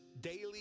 daily